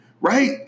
Right